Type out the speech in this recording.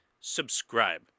Subscribe